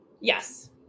yes